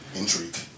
intrigue